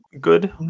good